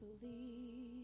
believe